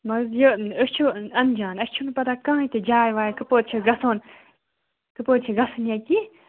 نہ حظ یہٕ أسۍ چھٕ اَنجان اسہِ چھُنہٕ پَتہہ کانٛہہ تہِ جاے واے کَپٲر چھُ گَژھُن کَپٲر چھُ گَژھُن یا کیٚنٛہہ